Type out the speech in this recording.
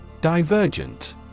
Divergent